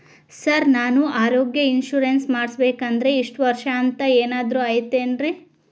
Sir ನಾನು ಆರೋಗ್ಯ insurance ಮಾಡಿಸ್ಬೇಕಂದ್ರೆ ಇಷ್ಟ ವರ್ಷ ಅಂಥ ಏನಾದ್ರು ಐತೇನ್ರೇ?